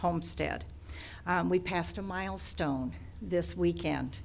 homestead we passed a milestone this weekend